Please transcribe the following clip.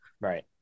right